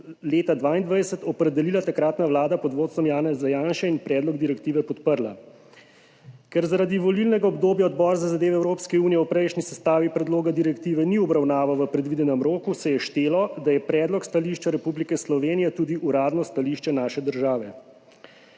leta 2022 opredelila takratna vlada pod vodstvom Janeza Janše in predlog direktive podprla. Ker zaradi volilnega obdobja Odbor za zadeve Evropske unije v prejšnji sestavi predloga direktive ni obravnaval v predvidenem roku, se je štelo, da je predlog stališča Republike Slovenije tudi uradno stališče naše države.